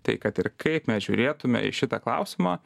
tai kad ir kaip mes žiūrėtume į šitą klausimą